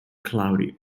cloudy